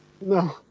No